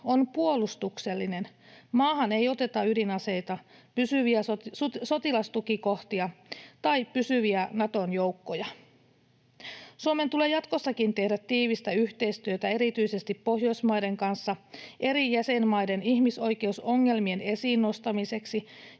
on puolustuksellinen: maahan ei oteta ydinaseita, pysyviä sotilastukikohtia tai pysyviä Naton joukkoja. Suomen tulee jatkossakin tehdä tiivistä yhteistyötä erityisesti Pohjoismaiden kanssa eri jäsenmaiden ihmisoikeusongelmien esiin nostamiseksi